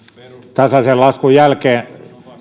tasaisen laskun jälkeen